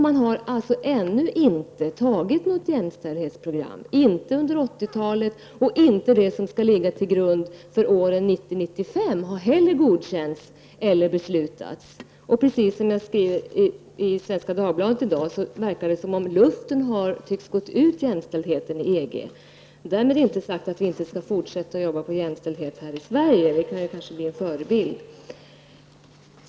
Man har alltså ännu inte antagit något jämställdshetsprogram, inte under 1980-talet och inte heller det som skall ligga till grund för åren 1990--1995. Precis som jag har skrivit i Svenska Dagbladet i dag verkar det som om luften har gått ur jämställdheten i EG. Därmed inte sagt att vi inte skall fortsätta att arbeta för jämställdhet i Sverige. Vi kan försöka bli en förebild.